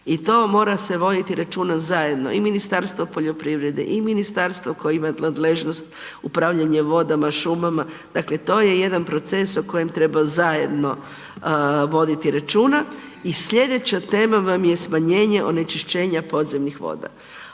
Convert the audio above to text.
i to mora se voditi računa zajedno i Ministarstvo poljoprivrede i ministarstvo koje ima nadležnost upravljanje vodama, šumama, dakle to je jedan proces o kojem treba zajedno voditi računa i slijedeća tema vam je smanjenje onečišćenja podzemnih voda.